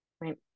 Right